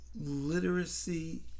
Literacy